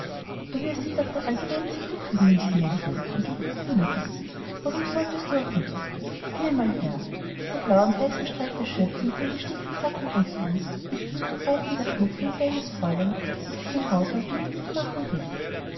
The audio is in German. du wirst dich doch der allgemeinen sitte fügen müssen mein kind entgegnete die mutter warum wolltest du auch nicht sieh einmal her diese blau und weiß gestreifte schürze mit den gestickten zacken ringsum ist sie nicht ein reizender schmuck für ein kleines fräulein das sich im haushalte nützlich machen wird